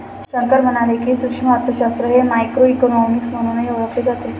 शंकर म्हणाले की, सूक्ष्म अर्थशास्त्र हे मायक्रोइकॉनॉमिक्स म्हणूनही ओळखले जाते